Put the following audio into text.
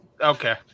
Okay